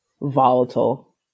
volatile